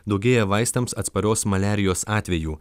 daugėja vaistams atsparios maliarijos atvejų